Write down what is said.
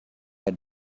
had